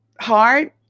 hard